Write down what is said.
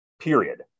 period